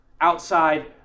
outside